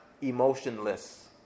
emotionless